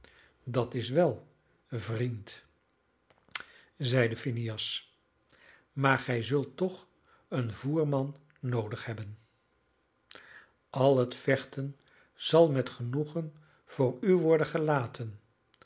dat is wel vriend zeide phineas maar gij zult toch een voerman noodig hebben al het vechten zal met genoegen voor u worden gelaten